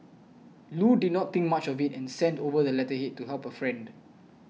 Loo did not think much of it and sent over the letterhead to help her friend